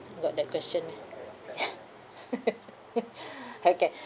got that question meh okay